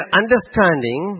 understanding